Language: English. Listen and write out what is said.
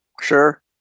Sure